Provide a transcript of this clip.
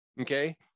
okay